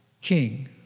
king